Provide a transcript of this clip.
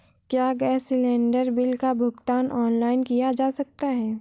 क्या gas cylinder bill का भुगतान ऑनलाइन किया जा सकता है?